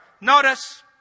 Notice